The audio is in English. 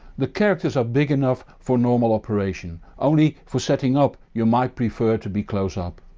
the characters are big enough for normal operation. only for setting up you might prefer to be close up.